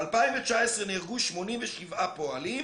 ב-2019 נהרגו 87 פועלים,